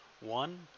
One